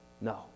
No